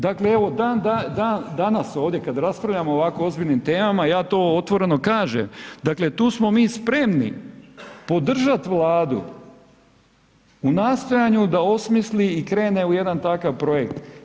Dakle, evo dan danas ovdje kada raspravljamo o ovako ozbiljnim temama ja to otvoreno kažem, dakle tu smo mi spremi podržati Vladu u nastojanju da osmisli i krene u jedan takav projekt.